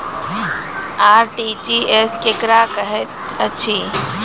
RTGS केकरा कहैत अछि?